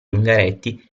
ungaretti